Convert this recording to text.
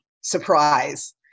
surprise